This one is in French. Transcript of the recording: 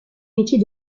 métier